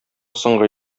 соңгы